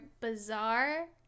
bizarre